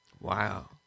Wow